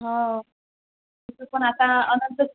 हां तसं पण आता अनंत